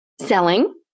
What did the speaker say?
selling